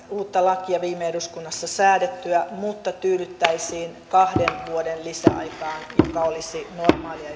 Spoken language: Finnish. uutta lakia viime eduskunnassa säädettyä mutta tyydyttäisiin kahden vuoden lisäaikaan mikä olisi normaalia ja